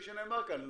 כפי שנאמר כאן,